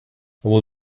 will